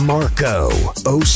Marco